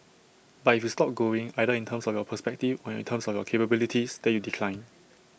but if you stop growing either in terms of your perspective or in terms of capabilities then you decline